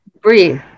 Breathe